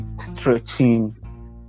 stretching